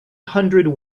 hundred